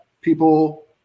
people